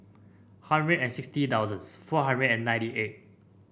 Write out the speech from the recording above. hundred and sixty thousands four hundred and ninety eight